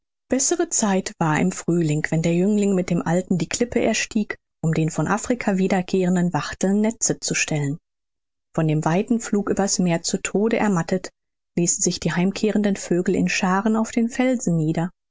bessere zeit war im frühling wenn der jüngling mit dem alten die klippen erstieg um den von afrika wiederkehrenden wachteln netze zu stellen von dem weiten flug übers meer zu tode ermattet ließen sich die heimkehrenden vögel in scharen auf den felsen nieder